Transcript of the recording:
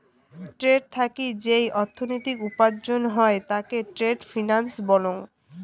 trade থাকি যেই অর্থনীতি উপার্জন হই তাকে ট্রেড ফিন্যান্স বলং